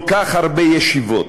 כל כך הרבה ישיבות,